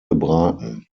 gebraten